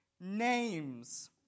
names